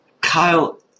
Kyle